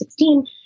2016